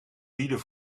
bieden